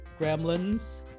gremlins